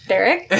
Derek